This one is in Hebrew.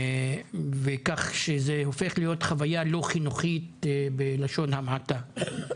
כך שזה הופך להיות חוויה לא חינוכית בלשון המעטה.